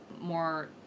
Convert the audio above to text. more